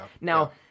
Now